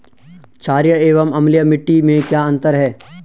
छारीय एवं अम्लीय मिट्टी में क्या अंतर है?